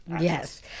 Yes